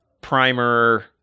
primer